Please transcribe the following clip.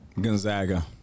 Gonzaga